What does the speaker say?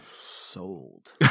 sold